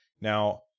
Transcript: Now